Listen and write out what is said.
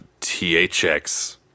THX